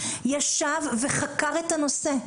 הוא ישב וחקר את הנושא,